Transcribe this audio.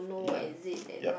young yup